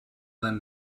than